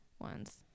ones